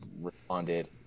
responded